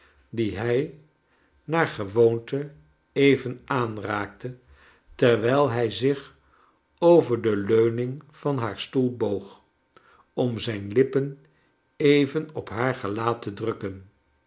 die hij naar gewoonte even aanraakte terwijl hij zich over de leuning van haar stoel boog om zijn lippen even op haar gelaat te drukken